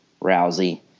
rousey